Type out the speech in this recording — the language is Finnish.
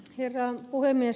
herra puhemies